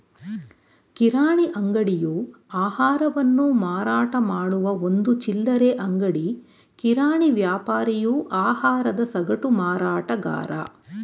ಕಿರಾಣಿ ಅಂಗಡಿಯು ಆಹಾರವನ್ನು ಮಾರಾಟಮಾಡುವ ಒಂದು ಚಿಲ್ಲರೆ ಅಂಗಡಿ ಕಿರಾಣಿ ವ್ಯಾಪಾರಿಯು ಆಹಾರದ ಸಗಟು ಮಾರಾಟಗಾರ